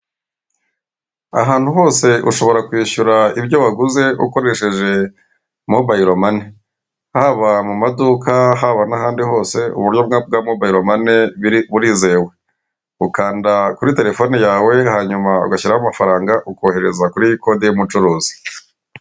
Ahantu hose ushobora kwishyura ibyo waguze ukoresheje mobayiromani, haba mu maduka, haba nahandi hose, uburyo bwa bwa mobile mobayiromani, biri burizewe ukanda kuri terefone yawe, hanyuma ugashyimo amafaranga ukohereza kuri kode y'umucuruzi.